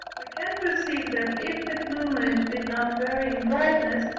we can perceive that if the plumage did not vary in brightness,